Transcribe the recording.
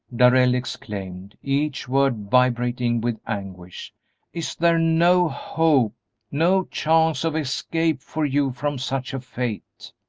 darrell exclaimed, each word vibrating with anguish is there no hope no chance of escape for you from such a fate?